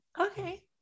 Okay